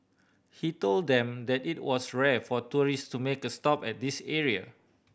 he told them that it was rare for tourist to make a stop at this area